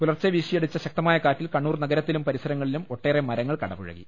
പുലർച്ചെ വീശിയടിച്ച ശക്തമായ കാറ്റിൽ കണ്ണൂർ നഗരത്തിലും പരിസരങ്ങളിലും ഒട്ടേറെ മരങ്ങൾ കടപുഴകി